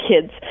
kids